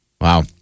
Wow